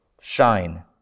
shine